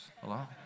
Hello